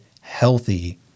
healthy